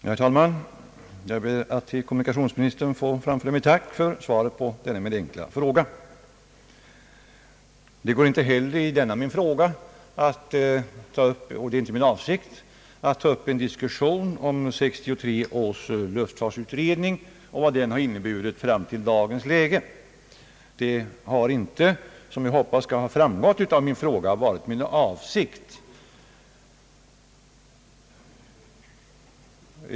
Herr talman! Jag ber att till kommunikationsministern få framföra mitt tack för svaret på min enkla fråga. Det går inte i denna min fråga att ta upp — och det har inte varit min avsikt att ta upp — en diskussion om 1963 års luftfartsutredning och om vad den inneburit fram till dagens läge. Jag hoppas att det framgått av min fråga att det inte varit min avsikt.